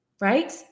Right